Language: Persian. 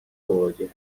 مواجهاند